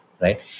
right